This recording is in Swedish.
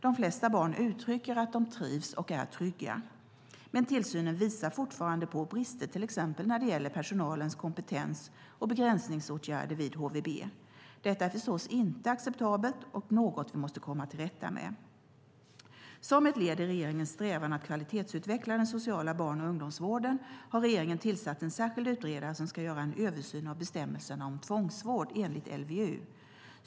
De flesta barn uttrycker att de trivs och är trygga. Men tillsynen visar fortfarande på brister, till exempel när det gäller personalens kompetens och begränsningsåtgärder vid HVB. Detta är förstås inte är acceptabelt och något vi måste komma till rätta med. Som ett led i regeringens strävan att kvalitetsutveckla den sociala barn och ungdomsvården har regeringen tillsatt en särskild utredare som ska göra en översyn av bestämmelserna om tvångsvård enligt LVU.